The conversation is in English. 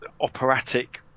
operatic